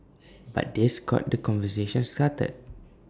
but this got the conversation started